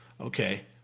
okay